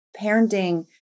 parenting